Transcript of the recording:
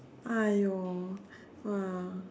!aiyo! !wah!